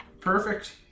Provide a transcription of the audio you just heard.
Perfect